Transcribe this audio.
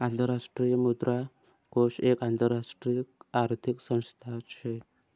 आंतरराष्ट्रीय मुद्रा कोष एक आंतरराष्ट्रीय आर्थिक संस्था शे